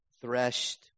threshed